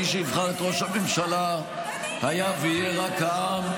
מי שיבחר את ראש הממשלה היה ויהיה רק העם,